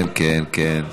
כן, כן.